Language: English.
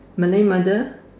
Malay mother